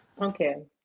Okay